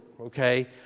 okay